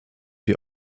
die